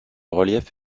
relief